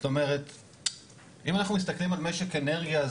אם אנחנו מסתכלים על משק אנרגיה,